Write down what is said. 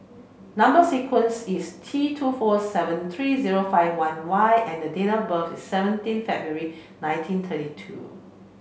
number sequence is T two four seven three zero five one Y and date of birth is seventeen February nineteen thirty two